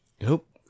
Nope